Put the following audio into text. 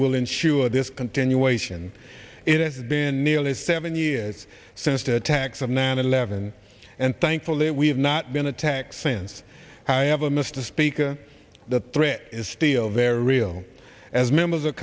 will ensure this continuation it has been nearly seven years since the attacks of nine eleven and thankfully we have not been attacked since i have a mr speaker the threat is still very real as members of